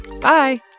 Bye